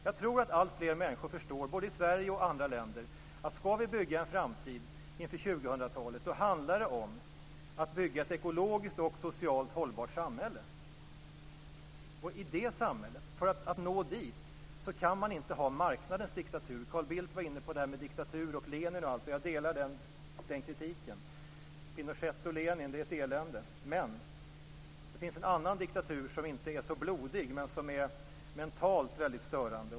Jag tror att alltfler människor, både i Sverige och i andra länder, förstår att skall vi bygga en framtid inför 2000-talet handlar det om att bygga ett ekologiskt och socialt hållbart samhälle. För att nå det samhället kan man inte ha marknadens diktatur. Carl Bildt var inne på diktatur, Lenin och allt detta. Jag delar den kritiken. Pinochet och Lenin, det är ett elände. Men det finns en annan diktatur som inte är så blodig, men som mentalt är väldigt störande.